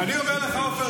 אני אומר לך, אושר